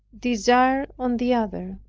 desired on the other.